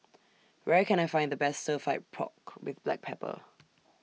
Where Can I Find The Best Stir Fried Pork with Black Pepper